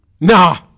Nah